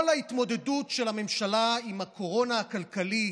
כל ההתמודדות של הממשלה עם הקורונה הכלכלית,